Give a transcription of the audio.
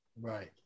Right